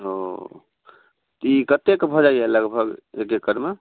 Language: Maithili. ओ तऽ ई कतेक भऽ जाइया लगभग एक एकड़मे